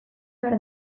behar